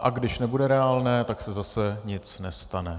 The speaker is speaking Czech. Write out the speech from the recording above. A když nebude reálné, tak se zase nic nestane.